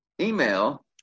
email